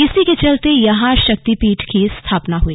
इसी के चलते यहां शक्तिपीठ की स्थापना हुई